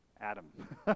Adam